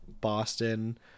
boston